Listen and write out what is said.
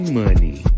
money